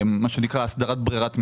הסדרת ברירת מחדל,